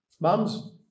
Mums